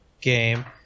game